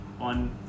on